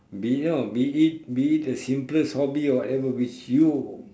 be no be it be it the simplest hobby or whatever which you